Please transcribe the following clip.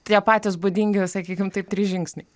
tie patys būdingi sakykim taip trys žingsniai